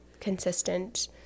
consistent